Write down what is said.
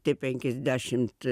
tai penkiasdešimt